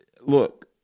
look